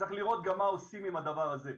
צריך לראות גם מה עושים עם הדבר הזה.